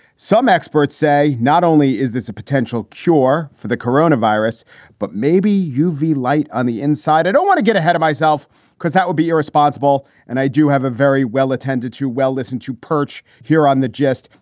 some experts say not only is this a potential cure for the corona virus but maybe you? ve light on the inside. i don't want to get ahead of myself because that would be irresponsible. and i do have a very well attended to. well, listen to perche here on the just.